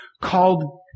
called